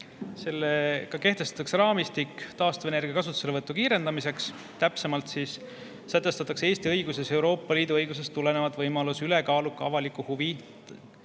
Sellega kehtestatakse raamistik taastuvenergia kasutuselevõtu kiirendamiseks. Täpsemalt sätestatakse Eesti õiguses Euroopa Liidu õigusest tulenevalt võimalus ülekaaluka avaliku huviga